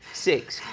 six,